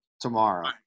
tomorrow